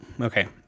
okay